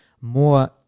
more